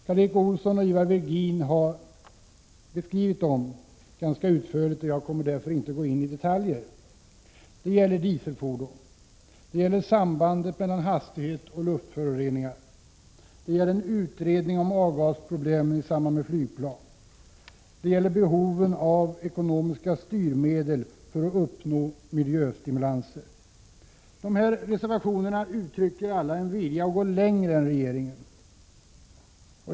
Karl Erik Olsson och Ivar Virgin har beskrivit dem ganska utförligt, och jag kommer därför inte att gå in i detaljer. Det gäller dieselfordon, det gäller sambandet mellan hastighet och luftföroreningar, det gäller en utredning om avgasproblemen i samband med flygplan och det gäller behovet av ekonomiska styrmedel för att uppnå miljöstimulanser. De här reservationerna uttrycker alla en vilja att gå längre än regeringen.